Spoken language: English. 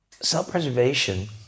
Self-preservation